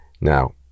now